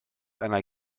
einer